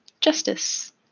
Justice